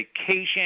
vacation